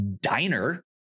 diner